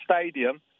Stadium